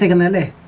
in the like